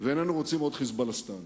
ואיננו רוצים עוד "חיזבאללסטן".